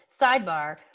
sidebar